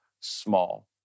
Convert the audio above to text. small